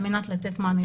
על מנת לתת מענה.